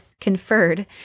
conferred